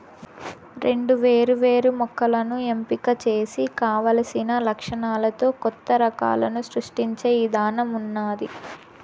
రెండు వేరు వేరు మొక్కలను ఎంపిక చేసి కావలసిన లక్షణాలతో కొత్త రకాలను సృష్టించే ఇధానం ఉన్నాది